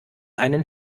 einen